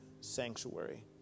sanctuary